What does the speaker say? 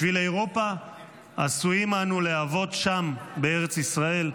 בשביל אירופה עשויים אנו להוות שם, בארץ ישראל,